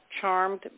charmed